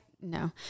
no